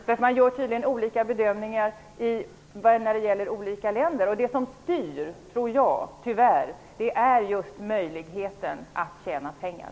Det görs tydligen olika bedömningar av olika länder. Jag tror tyvärr att det som styr är möjligheten att tjäna pengar.